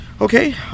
Okay